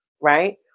right